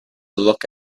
look